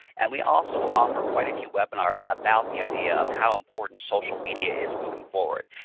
and we also offer quite a few webinars about the idea of how important social media is moving forward.